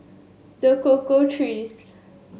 The Cocoa Trees